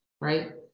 right